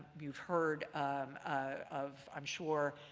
you've heard of i'm sure,